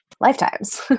lifetimes